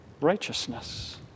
righteousness